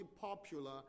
popular